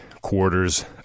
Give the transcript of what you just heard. quarters